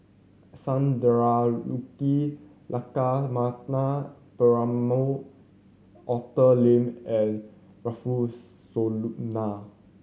Sundarajulu Lakshmana Perumal Arthur Lim and Rufino Soliano